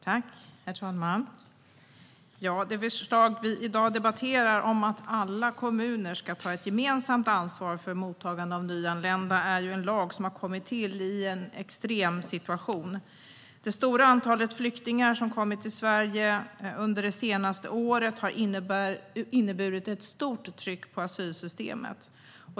Herr talman! Det förslag vi i dag debatterar om att alla kommuner ska ta ett gemensamt ansvar för mottagande av nyanlända är en lag som kommit till i en extrem situation. Det stora antalet flyktingar som kommit till Sverige under det senaste året har inneburit ett stort tryck på asylsystemet.